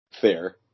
Fair